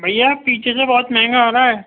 بھیا پیچھے سے بہت مہنگا آ رہا ہے